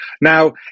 now